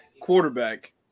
quarterback